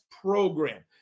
program